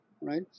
right